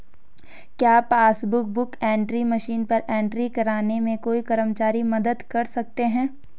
क्या बैंक में passbook book entry machine पर एंट्री करने में कोई कर्मचारी मदद कर सकते हैं?